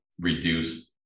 reduce